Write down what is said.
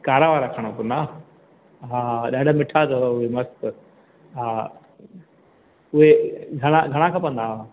कारा वारा खणो पोइ न हा ॾाढा मिठा अथव उहे मस्तु हा उहे घणा घणा खपंदा हुआ